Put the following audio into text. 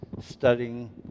studying